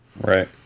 right